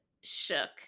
shook